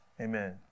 amen